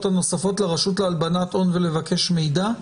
הנוספות לרשות להלבנת הון ולבקש מידע?